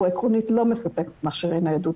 הוא עקרונית לא מספק מכשירי ניידות.